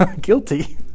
Guilty